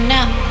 Now